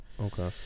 Okay